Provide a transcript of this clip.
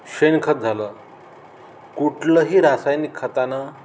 शेणखत झालं कुठलंही रासायनिक खतांना